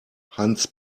hans